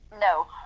No